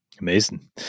Amazing